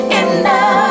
enough